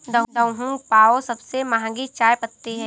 Da Hong Pao सबसे महंगी चाय पत्ती है